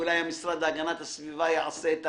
אולי המשרד להגנת הסביבה יעשה את